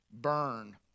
burn